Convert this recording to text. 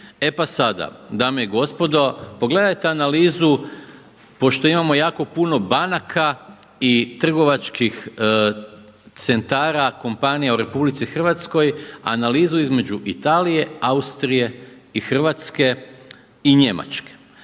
E pa sada, dame i gospodo pogledajte analizu, pošto imamo jako puno banaka i trgovačkih centara, kompanija u RH, analizu između Italije, Austrije i Hrvatske i Njemačke.